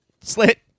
slit